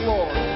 Lord